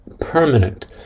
permanent